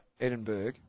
Edinburgh